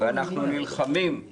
רק אחרי המלחמה נסגור